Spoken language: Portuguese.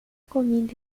comida